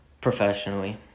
professionally